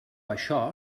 això